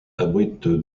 abrite